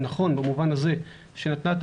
הוא נכון במובן הזה שהיא נתנה את